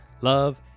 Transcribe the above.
love